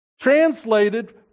translated